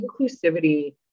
inclusivity